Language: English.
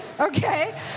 okay